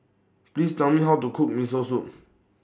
Please Tell Me How to Cook Miso Soup